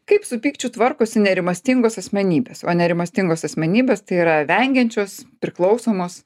kaip su pykčiu tvarkosi nerimastingos asmenybės o nerimastingos asmenybės tai yra vengiančios priklausomos